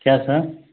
क्या सर